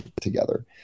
together